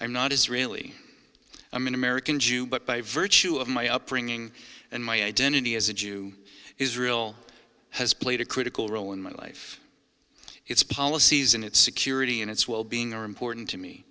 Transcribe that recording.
i'm not israeli i'm an american jew but by virtue of my upbringing and my identity as a jew israel has played a critical role in my life its policies in its security and its wellbeing are important to me